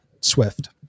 Swift